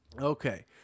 Okay